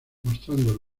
mostrando